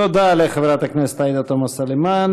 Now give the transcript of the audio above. תודה לחברת הכנסת עאידה תומא סלימאן.